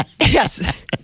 Yes